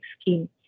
scheme